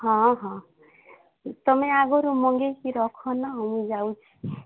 ହଁ ହଁ ତୁମେ ଆଗରୁ ମଗେଇକି ରଖନା ମୁଁ ଯାଉଛି